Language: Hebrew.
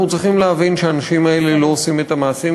אנחנו צריכים להבין שהאנשים האלה לא עושים את המעשים,